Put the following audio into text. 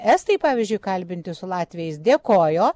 estai pavyzdžiui kalbinti su latviais dėkojo